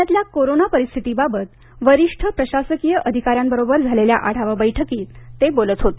पुण्यातल्या कोरोना परिस्थितीबाबत वरिष्ठ प्रशासकीय अधिकाऱ्यांसोबत झालेल्या आढावा बैठकीत ते बोलत होते